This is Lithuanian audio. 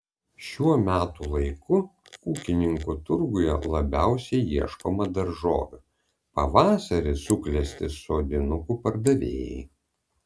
šiuo metų laiku ūkininkų turguje labiausiai ieškoma daržovių pavasarį suklesti sodinukų pardavėjai